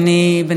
אני בינתיים,